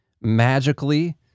magically